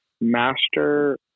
master